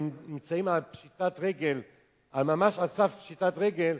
נמצאות ממש על סף פשיטת רגל,